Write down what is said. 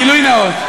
גילוי נאות: